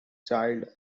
child